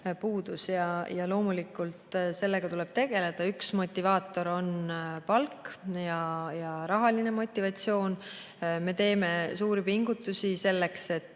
puudus. Ja loomulikult sellega tuleb tegeleda. Üks motivaator on palk, rahaline motivatsioon. Me teeme suuri pingutusi, et